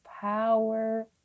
power